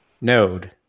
node